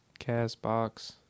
Castbox